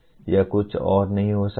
यह कुछ और नहीं हो सकता